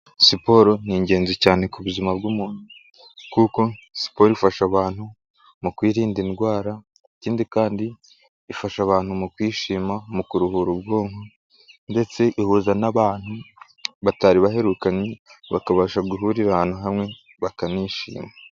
Siporo ni ingenzi cyane ku buzima bw'umuntu kuko siporo ifasha abantu mu kwirinda indwara, ikindi kandi ifasha abantu mu kwishima, mu kuruhura ubwonko ndetse ihuza n'abantu batari baherukanye, bakabasha guhurira ahantu hamwe bakanishima.